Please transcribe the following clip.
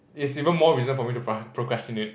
is even more reason for me to pro~ procrastinate